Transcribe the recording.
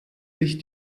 sich